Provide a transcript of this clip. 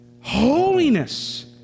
Holiness